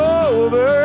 over